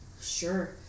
Sure